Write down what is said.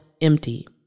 empty